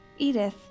Edith